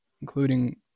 including